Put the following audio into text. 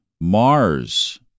Mars